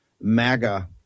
MAGA